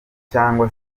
cyangwa